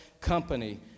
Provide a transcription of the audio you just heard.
company